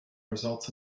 results